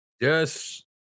Yes